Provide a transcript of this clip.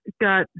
got